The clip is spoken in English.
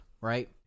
right